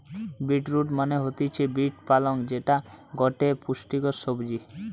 beet root মানে হতিছে beet পালং যেটা গটে পুষ্টিকর সবজি